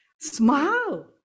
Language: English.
Smile